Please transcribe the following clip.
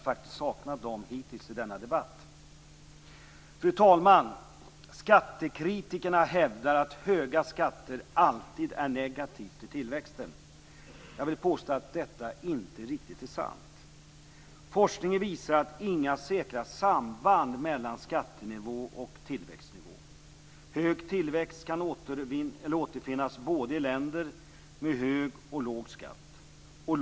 Jag har saknat dem hittills i denna debatt. Fru talman! Skattekritikerna hävdar att höga skatter alltid är negativt för tillväxten. Jag vill påstå att detta inte är riktigt sant. Forskningen visar inga säkra samband mellan skattenivå och tillväxtnivå. Hög tillväxt kan återfinnas i både länder med hög skatt och länder med låg skatt.